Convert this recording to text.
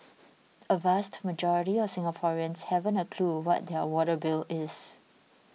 a vast majority of Singaporeans haven't a clue what their water bill is